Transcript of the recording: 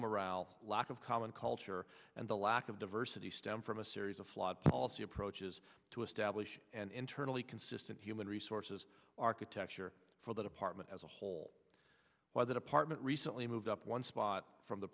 morale lack of common culture and the lack of diversity stem from a series of flawed policy approaches to establish an internally consistent human resources architecture for the department as a whole why the department recently moved up one spot from the